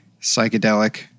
psychedelic